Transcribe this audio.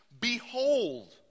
Behold